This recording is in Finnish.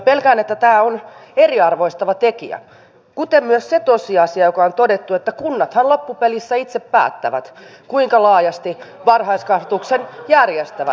pelkään että tämä on eriarvoistava tekijä kuten myös se tosiasia joka on todettu että kunnathan loppupelissä itse päättävät kuinka laajasti varhaiskasvatuksen järjestävät